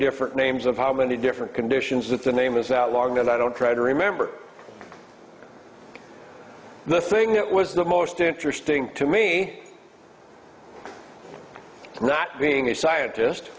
different names of how many different conditions that the name is that long and i don't try to remember the thing that was the most interesting to me not being a scientist